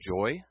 joy